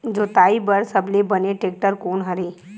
जोताई बर सबले बने टेक्टर कोन हरे?